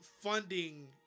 funding